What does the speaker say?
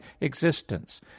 existence